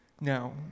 Now